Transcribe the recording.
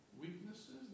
weaknesses